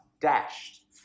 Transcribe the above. dashed